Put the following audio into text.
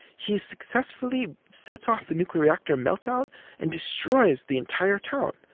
he successfully sets off the nuclear reactor meltdown and destroys the entire town.